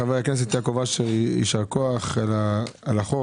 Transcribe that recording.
חבר הכנסת יעקב אשר, יישר כוח על החוק.